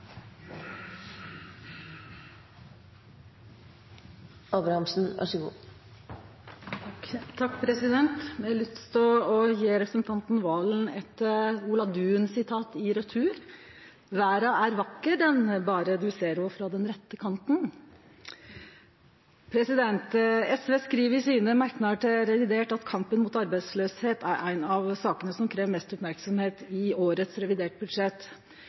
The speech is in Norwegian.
Valen eit Olav Duun-sitat i retur: «Verda er vakker ho, berre du ser ho frå den rette kanten.» SV skriv i merknadane sine til revidert at kampen mot arbeidsløysa er ei av dei sakene som krev mest merksemd i årets reviderte budsjett.